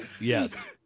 Yes